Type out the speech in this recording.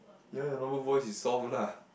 ya your normal voice is soft lah